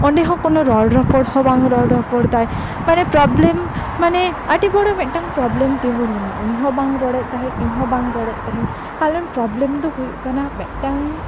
ᱚᱸᱰᱮᱦᱚᱸ ᱠᱳᱱᱳ ᱨᱚᱲ ᱨᱚᱯᱚᱲ ᱦᱚᱸ ᱵᱟᱝ ᱨᱚᱲ ᱨᱚᱯᱚᱲ ᱮᱫᱟᱭ ᱢᱟᱱᱮ ᱯᱨᱚᱵᱞᱮᱢ ᱢᱟᱱᱮ ᱟᱹᱰᱤ ᱵᱚᱲᱚ ᱢᱤᱫᱴᱟᱝ ᱯᱨᱚᱵᱞᱮᱢ ᱛᱤᱸᱜᱩ ᱞᱮᱱᱟ ᱩᱱᱤᱦᱚᱸ ᱵᱟᱝ ᱮ ᱨᱚᱲᱮᱫ ᱛᱟᱦᱮᱸᱫ ᱤᱧᱦᱚᱸ ᱵᱟᱝ ᱨᱚᱲ ᱮᱫ ᱛᱟᱸᱦᱮᱤᱧ ᱠᱟᱨᱚᱱ ᱯᱨᱚᱵᱞᱮᱢ ᱫᱚ ᱦᱩᱭᱩᱜ ᱠᱟᱱᱟ ᱢᱤᱫᱴᱟᱝ